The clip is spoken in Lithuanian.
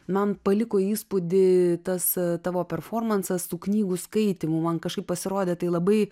man paliko įspūdį tas tavo performansas tų knygų skaitymų man kažkaip pasirodė tai labai